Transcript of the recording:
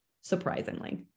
surprisingly